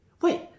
wait